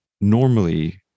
normally